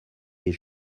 des